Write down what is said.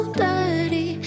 dirty